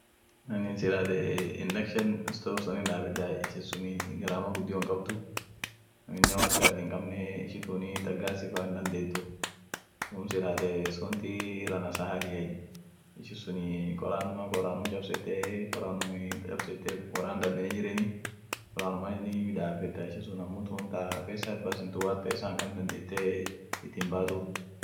Mashruuminii biriai. shitakeet jira ,shinookeet jira, hoitaat jira, potubeeloot jira, botoniit jira, remiiniit jira, maitaaakeet jira, laismaaneet jir. dumii ishin sunii ta baantoot yeden harufu chole kabdi sun sagalean daabeten. potubeelonen wokukuteni sagalean daabeten sagale miasit.